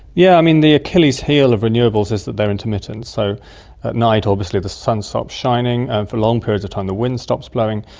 yeah the achilles heel of renewables is that they are intermittent, so at night obviously the sun stops shining, for long periods of time the wind stops blowing.